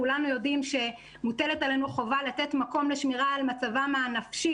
כולנו יודעים שמוטלת עלינו חובה לתת מקום לשמירה על מצבם הנפשי